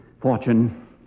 Fortune